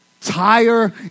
tire